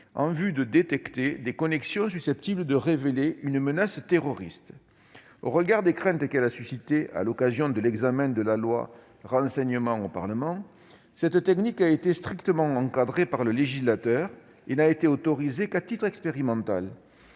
en vue de détecter des connexions susceptibles de révéler une menace terroriste. Au regard des craintes qu'elle a suscitées à l'occasion de l'examen du projet de loi relatif au renseignement au Parlement, cette technique a été strictement encadrée par le législateur et n'a été autorisée qu'à titre expérimental.